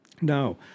Now